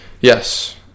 Yes